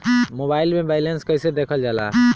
Mobile से balance कइसे देखल जाला?